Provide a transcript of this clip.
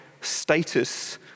status